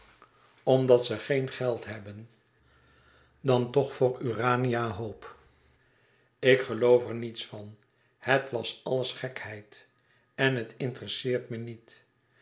omdat ze geen geld hebben dan toch voor rania ope e ids aargang k geloof er niets van het was alles gekheid en het interesseert me niet